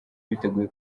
biteguye